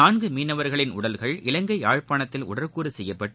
நூன்கு மீனவர்களின் உடல்கள் இலங்கை யாழ்ப்பாணத்தில் உடற்கூறு செய்யப்பட்டு